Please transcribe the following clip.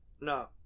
No